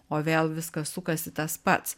o vėl viskas sukasi tas pats